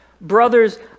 Brothers